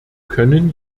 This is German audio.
können